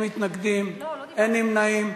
אין מתנגדים ואין נמנעים.